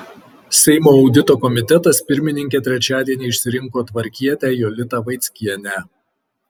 seimo audito komitetas pirmininke trečiadienį išsirinko tvarkietę jolitą vaickienę